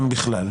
אם בכלל,